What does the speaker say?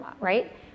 right